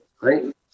right